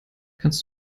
kannst